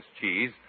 cheese